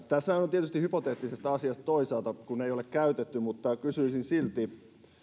tässähän on tietysti kyse hypoteettisesta asiasta toisaalta kun tätä ei ole käytetty mutta kysyisin silti